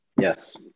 Yes